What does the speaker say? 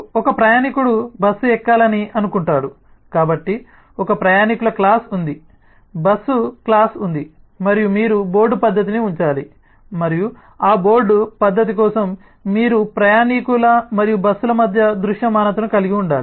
ఒక ప్రయాణీకుడు బస్సు ఎక్కాలని అనుకుంటాడు కాబట్టి ఒక ప్రయాణీకుల క్లాస్ ఉంది బస్సు క్లాస్ ఉంది మరియు మీరు బోర్డు పద్ధతిని ఉంచాలి మరియు ఆ బోర్డు పద్ధతి కోసం మీరు ప్రయాణీకుల మరియు బస్సుల మధ్య దృశ్యమానతను కలిగి ఉండాలి